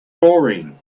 chlorine